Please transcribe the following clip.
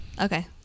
Okay